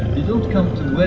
don't come to but